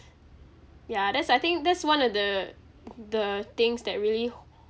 ya that's I think that's one of the the things that really